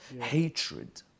hatred